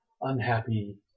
unhappy